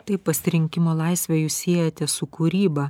tai pasirinkimo laisvę jūs siejate su kūryba